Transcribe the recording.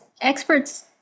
experts